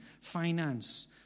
finance